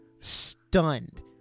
stunned